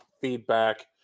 feedback